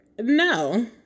no